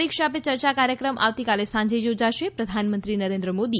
પરીક્ષા પે ચર્ચા કાર્યક્રમ આવતીકાલે સાંજે યોજાશે પ્રધાનમંત્રી નરેન્દ્ર મોદી